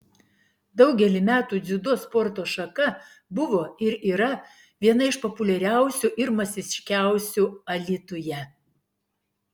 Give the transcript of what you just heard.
daugelį metų dziudo sporto šaka buvo ir yra viena iš populiariausių ir masiškiausių alytuje